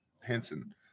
hansen